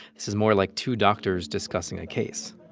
this is more like two doctors discussing a case